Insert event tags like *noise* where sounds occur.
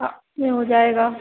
*unintelligible* में हो जाएगा